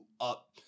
up